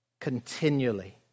continually